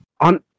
on